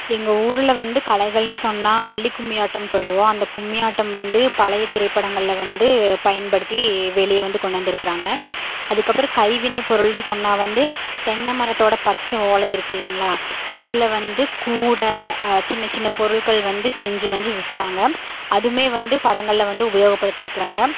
எங்கள் ஊரில் வந்து கலைகள்னு சொன்னால் வள்ளிக் கும்மியாட்டம் சொல்லுவோம் அந்தக் கும்மியாட்டம் வந்து பழையத் திரைப்படங்களில் வந்து பயன்படுத்தி வெளியே வந்து கொண்டாந்திருக்குறாங்க அதுக்கப்புறம் கைவினைப் பொருள்னு சொன்னால் வந்து தென்னை மரத்தோடய பச்சை ஓலை இருக்குதுல்லைங்களா அதில் வந்து கூடை சின்ன சின்னப் பொருட்கள் வந்து செஞ்சு வந்து விற்பாங்க அதுவுமே வந்து படங்களில் வந்து உபயோகப்படுத்தியிருக்கிறாங்க